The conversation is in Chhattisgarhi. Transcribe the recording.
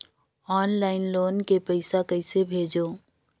ऑनलाइन लोन के पईसा कइसे भेजों?